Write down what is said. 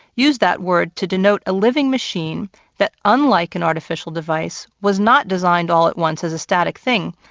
used that word to denote a living machine that, unlike an artificial device, was not designed all at once as a static thing,